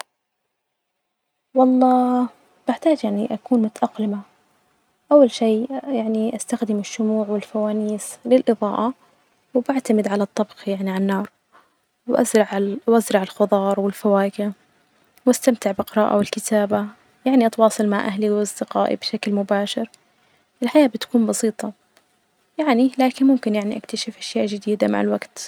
والله بحتاج يعني أكون متأقلمة، أول شئ أستخدم الشموع والفوانيس للإظاءة وبعتمد علي الطبخ يعني علي النار، وأزع -وأزرع الخضار والفواكة، وأستمتع بالقراءة والكتابة يعني أتواصل مع أهلي وأصدقائي بشكل مباشر، الحياة بتكون بسيطة، يعني لكن ممكن يعني أكتشف أشياء جديدة مع الوجت.